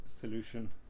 solution